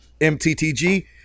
mttg